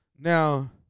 Now